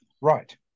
Right